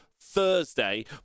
thursday